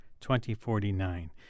2049